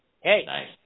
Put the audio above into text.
Hey